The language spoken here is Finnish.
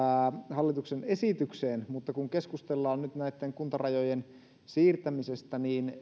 hallituksen esitykseen mutta kun keskustellaan nyt näitten kuntarajojen siirtämisestä niin